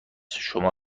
شما